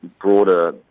broader